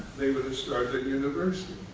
they would've started a university,